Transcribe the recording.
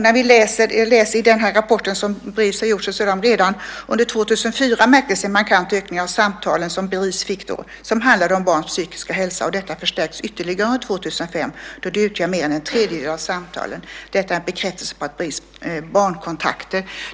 När vi läser i den rapport som Bris har tagit fram ser vi att det redan under 2004 märktes en markant ökning av de samtal som Bris fick som handlade om barns psykiska hälsa. Detta förstärktes ytterligare under 2005 då de utgjorde mer än en tredjedel av samtalen. Detta är en bekräftelse på att